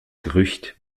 gerücht